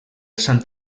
sant